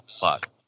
fuck